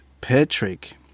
Patrick